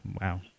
Wow